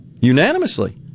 unanimously